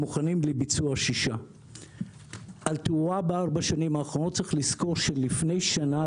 מוכנים לביצוע 6. צריך לזכור שלפני שנה,